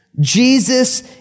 Jesus